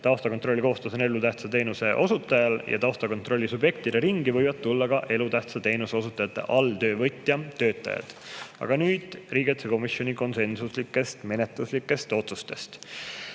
taustakontrolli kohustus on elutähtsa teenuse osutajal ja taustakontrolli subjektide ringi võivad tulla ka elutähtsa teenuse osutajate alltöövõtja töötajad. Aga nüüd riigikaitsekomisjoni konsensuslikest menetluslikest otsustest.